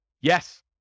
Yes